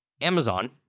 Amazon